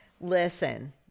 Listen